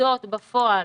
ועובדות בפועל,